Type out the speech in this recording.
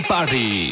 Party